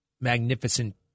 magnificent